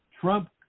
Trump